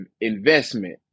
investment